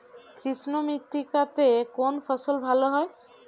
কৃষ্ণ মৃত্তিকা তে কোন ফসল ভালো হয়?